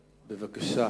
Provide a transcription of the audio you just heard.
בבקשה,